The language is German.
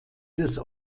des